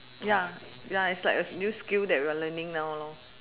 ya ya it's like a new skill that we are learning now